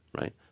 right